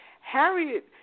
Harriet